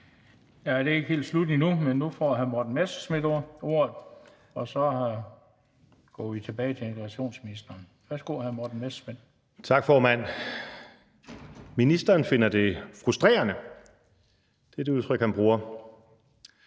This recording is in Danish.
Det er ikke helt slut endnu, for nu får hr. Morten Messerschmidt ordet, og så går vi tilbage til integrationsministeren. Værsgo, hr. Morten Messerschmidt. Kl. 16:52 Morten Messerschmidt (DF): Ministeren finder det frustrerende. Det er det udtryk, han bruger.